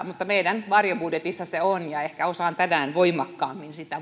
mutta meidän varjobudjetissamme se on ja ehkä osaan tänään voimakkaammin sitä